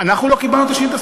אנחנו לא קיבלנו את השאילתה,